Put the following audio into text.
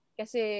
kasi